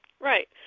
Right